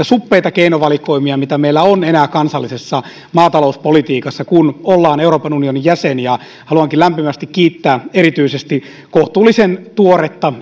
suppeita keinovalikoimia mitä meillä on enää kansallisessa maatalouspolitiikassa kun ollaan euroopan unionin jäsen ja haluankin lämpimästi kiittää erityisesti kohtuullisen tuoretta